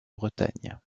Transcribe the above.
bretagne